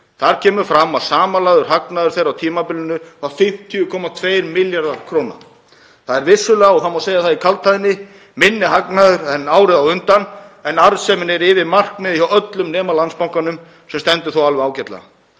Þar kemur fram að samanlagður hagnaður þeirra á tímabilinu var 50,2 milljarðar kr. Það er vissulega, og það má segja í kaldhæðni, minni hagnaður en árið á undan, en arðsemin er yfir markmiði hjá öllum nema Landsbankanum sem stendur þó alveg ágætlega.